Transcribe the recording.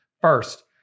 First